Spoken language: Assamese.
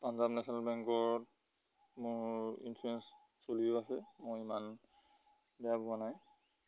পাঞ্জাৱ নেশ্যনেল বেংকৰ মোৰ ইঞ্চুৰেঞ্চ চলিও আছে মই ইমান বেয়া পোৱা নাই